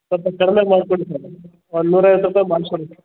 ಸ್ವಲ್ಪ ಕಡ್ಮೆಗೆ ಮಾಡಿಕೊಡಿ ಸರ್ ಒಂದು ನೂರೈವತ್ತು ರೂಪಾಯಿಗ್ ಮಾಡಿಕೊಡಿ ಸರ್